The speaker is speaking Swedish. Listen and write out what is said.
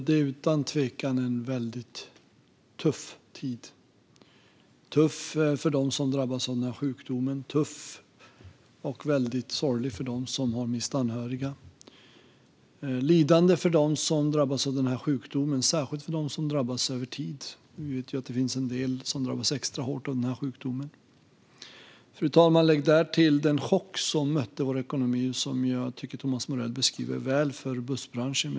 Fru talman! Detta är utan tvekan en tuff tid - tuff och väldigt sorglig för dem som har mist anhöriga och en tid av lidande för dem som drabbats av sjukdomen, särskilt för dem som drabbats över tid. Vi vet ju att en del drabbas extra hårt av denna sjukdom. Fru talman! Lägg därtill den chock som mötte vår ekonomi, som jag tycker att Thomas Morell beskriver väl när det gäller bussbranschen.